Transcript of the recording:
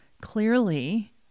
clearly